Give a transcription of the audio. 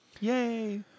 Yay